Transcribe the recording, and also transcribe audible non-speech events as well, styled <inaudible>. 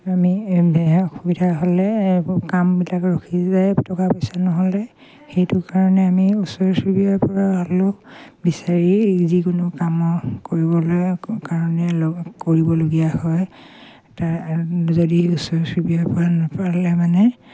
আমি অসুবিধা হ'লে কামবিলাক ৰখি যায় টকা পইচা নহ'লে সেইটো কাৰণে আমি ওচৰ চুবুৰীয়াৰ পৰা হলেও বিচাৰি যিকোনো কামৰ কৰিবলৈ কাৰণে কৰিবলগীয়া হয় তাৰ যদি ওচৰ চুবুৰীয়াৰ পৰা <unintelligible> মানে